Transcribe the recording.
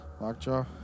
lockjaw